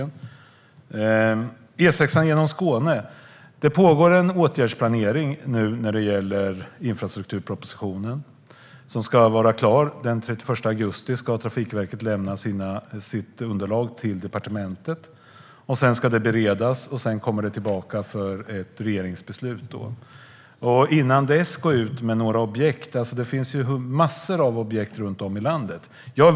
När det gäller E6:an genom Skåne pågår det nu en åtgärdsplanering i samband med infrastrukturpropositionen. Trafikverket ska lämna sitt underlag till departementet den 31 augusti. Därefter ska det beredas, och sedan kommer det tillbaka för ett regeringsbeslut. Det finns massor av objekt runt om i landet.